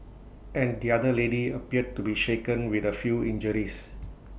and the other lady appeared to be shaken with A few injuries